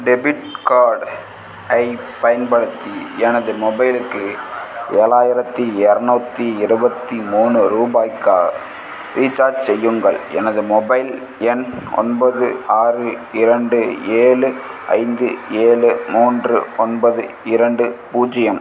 debit card ஐப் பயன்படுத்தி எனது மொபைலுக்கு ஏழாயிரத்தி இரநூத்தி இருபத்தி மூணு ரூபாய்க்கு ரீசார்ஜ் செய்யுங்கள் எனது மொபைல் எண் ஒன்பது ஆறு இரண்டு ஏழு ஐந்து ஏழு மூன்று ஒன்பது இரண்டு பூஜ்ஜியம்